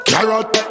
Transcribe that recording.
Carrot